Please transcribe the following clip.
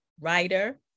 writer